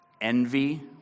envy